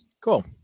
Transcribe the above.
Cool